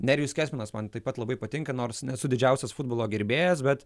nerijus kesminas man taip pat labai patinka nors nesu didžiausias futbolo gerbėjas bet